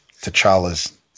T'Challa's